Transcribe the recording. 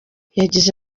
yagize